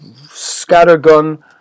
scattergun